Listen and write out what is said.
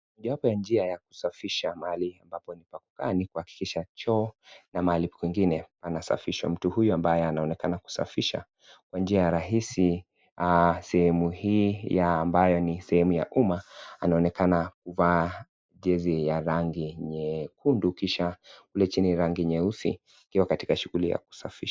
Mojawapo ya njia ya kusafisha mahali pa kukaa, ni kuhakikisha choo na mahali kwingine kunasafishwa . Mtu huyu anayeonekana kusafisha kwa njia ya rahisi ,sehemu hii ambayo ni sehemu ya umma ,anaonekana kuvaa jezi ya rangi nyekundu kisha kule chini rangi nyeusi ,akiwa katika shughuli ya kusafisha.